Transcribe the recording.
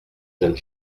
jeunes